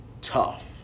tough